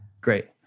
Great